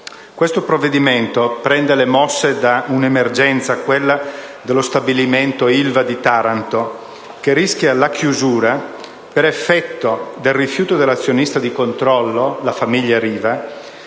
Questo provvedimento prende le mosse da un'emergenza - quella dello stabilimento Ilva di Taranto - che rischia la chiusura per effetto del rifiuto dell'azionista di controllo, la famiglia Riva,